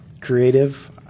creative